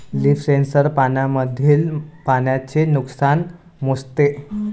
leaf sensor पानांमधील पाण्याचे नुकसान मोजते